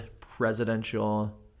presidential